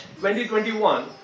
2021